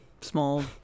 Small